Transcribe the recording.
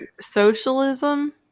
socialism